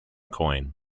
coin